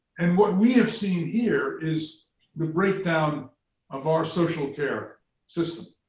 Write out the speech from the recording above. and what we have seen here is the breakdown of our social care system